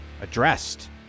addressed